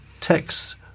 texts